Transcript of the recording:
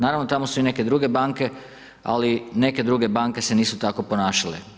Naravno tamo su i neke druge banke ali neke druge banke se nisu tako ponašale.